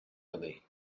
away